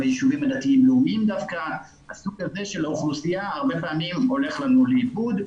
הסוג הזה של האוכלוסייה הרבה פעמים הולך לנו לאיבוד,